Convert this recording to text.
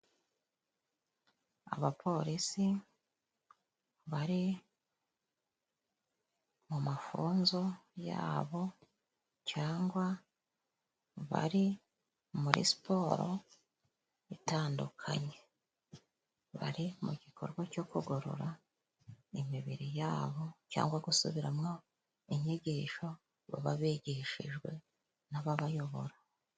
Abapolisi bari mu mafunzo yabo cyangwa bari muri siporo itandukanye. Bari mu gikorwa cyo kugorora imibiri yabo cyangwa gusubiramo inyigisho baba bigishijwe n'ababayobora.